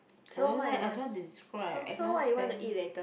I don't like I don't know how to describe Agnes spare me